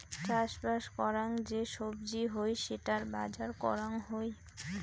চাষবাস করাং যে সবজি হই সেটার বাজার করাং হই